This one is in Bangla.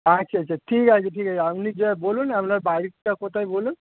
আচ্ছা আচ্ছা ঠিক আছে ঠিক আছে আপনি যা বলুন আপনার বাড়িটা কোথায় বলুন